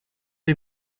die